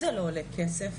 זה לא עולה כסף,